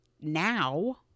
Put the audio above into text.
now